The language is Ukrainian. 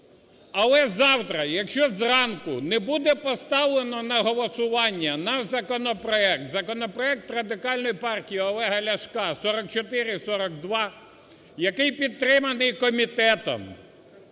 але завтра, якщо зранку не буде поставлено на голосування наш законопроект – законопроект Радикальної партії Олега Ляшка 4442, який підтриманий комітетом,